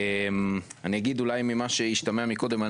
אני אגיד אולי ממה שהשתמע מקודם,